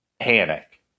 panic